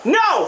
no